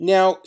Now